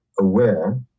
aware